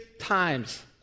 times